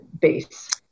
base